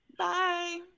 bye